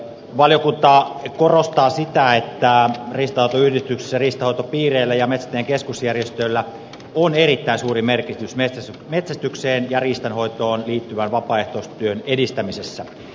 valiokunta korostaa sitä että riistanhoitoyhdistyksillä riistanhoitopiireillä ja metsästäjäin keskusjärjestöllä on erittäin suuri merkitys metsästykseen ja riistanhoitoon liittyvän vapaaehtoistyön edistämisessä